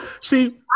See